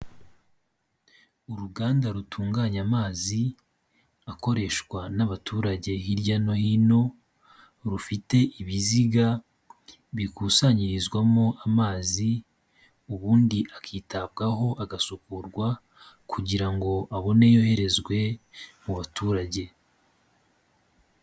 Uruganda rutunganya amazi akoreshwa n'abaturage hirya no hino; rufite ibiziga bikusanyirizwamo amazi, ubundi akitabwaho, agasukurwa kugira ngo abone yoherezwe mu baturage.